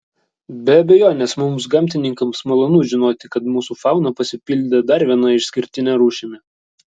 be abejonės mums gamtininkams malonu žinoti kad mūsų fauna pasipildė dar viena išskirtine rūšimi